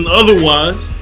otherwise